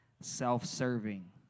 self-serving